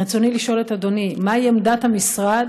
רצוני לשאול את אדוני: מה עמדת המשרד,